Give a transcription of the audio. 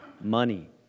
money